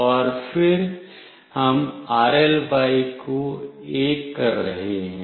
और फिर हम rly को 1 कर रहे हैं